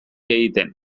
egiten